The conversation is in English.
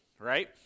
right